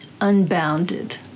Unbounded